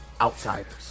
outsiders